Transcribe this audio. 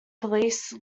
police